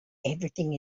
everything